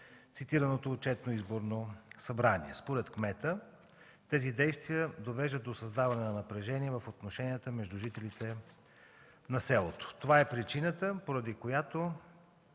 цитираното отчетно-изборно събрание. Според кмета тези действия довеждат до създаване на напрежение в отношенията между жителите на селото. Това е причината, поради която